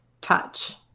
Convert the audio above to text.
touch